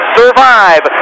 survive